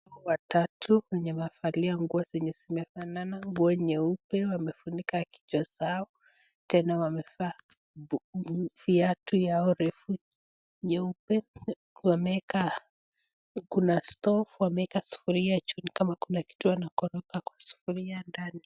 Watatu wenye mavalia ya nguo zenye zimefanana. Nguo nyeupe wamefunika kichwa zao. Tena wamevaa viatu vyao refu nyeupe. Wamekaa kuna stove wamekaa sufuria juu ni kama kuna kitu wanakoroga kwa sufuria ndani.